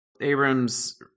Abrams